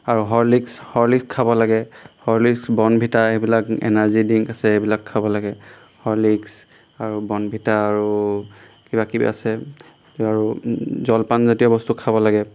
আৰু Horlicks Horlicks খাব লাগে হৰ্লিক্স বৰ্ণভিটা এইবিলাক এনাৰ্জি ড্ৰিংক আছে এইবিলাক খাব লাগে হৰ্লিক্স আৰু বৰ্ণভিটা আৰু কিবাকিবি আছে আৰু জলপানজাতীয় বস্তু খাব লাগে